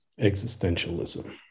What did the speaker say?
existentialism